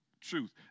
truth